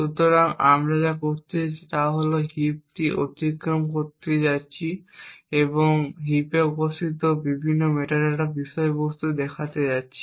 সুতরাং আমরা যা করতে যাচ্ছি তা হল আমরা হিপটি অতিক্রম করতে যাচ্ছি এবং হিপে উপস্থিত বিভিন্ন মেটাডেটা বিষয়বস্তু দেখতে যাচ্ছি